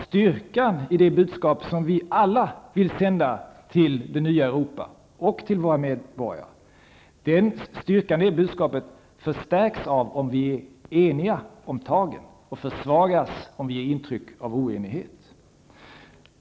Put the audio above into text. Styrkan i det budskap som vi alla vill sända till det nya Europa och till våra medborgare ökar om vi är eniga om tagen och minskar om vi ger intryck av oenighet.